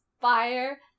fire